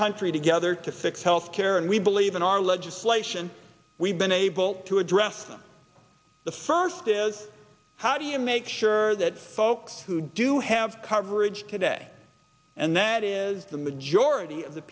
country together to fix health care and we believe in our legislation we've been able to address them the first is how do you make sure that folks who do have coverage today and that is the majority of the